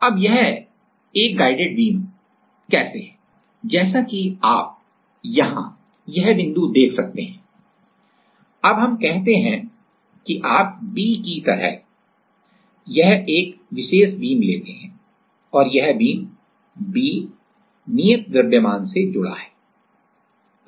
अब यह एक गाइडेड बीम कैसे है जैसा कि आप यहां यह बिंदु देख सकते हैं अब हम कहते हैं कि आप B की तरह यह एक विशेष बीम लेते हैं और यह बीम B नियत द्रव्यमान प्रूफ मास proof mass से जुड़ा है